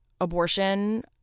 abortion